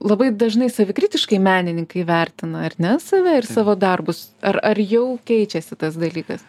labai dažnai savikritiškai menininkai vertina ar ne save ir savo darbus ar ar jau keičiasi tas dalykas